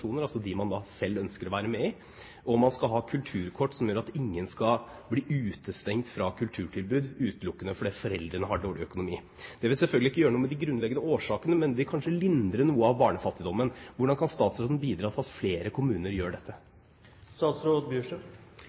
altså dem man selv ønsker å være med i, og man skal ha kulturkort som gjør at ingen skal bli utestengt fra kulturtilbud utelukkende fordi foreldrene har dårlig økonomi. Det vil selvfølgelig ikke gjøre noe med de grunnleggende årsakene, men det vil kanskje lindre noe av barnefattigdommen. Hvordan kan statsråden bidra til at flere kommuner gjør